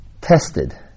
tested